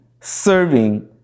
serving